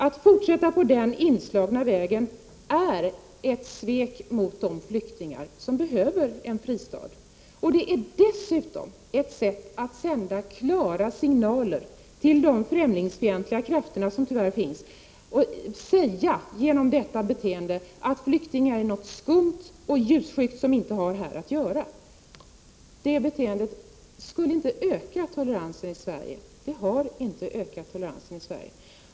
Att fortsätta på den inslagna vägen är ett svek mot de flyktingar som behöver en fristad. Det är dessutom ett sätt att sända klara signaler till de främlingsfientliga krafter som tyvärr finns om att flyktingar är skumma och ljusskygga och inte har här att göra. Det beteendet skulle inte öka toleransen i Sverige och har inte heller gjort det.